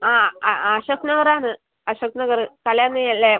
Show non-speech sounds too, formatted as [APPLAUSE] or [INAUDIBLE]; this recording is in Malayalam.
ആ ആ ആ ഷെഫ് നൂർ ആണ് ആ ഷെഫ് നൂർ [UNINTELLIGIBLE] ല്ലേ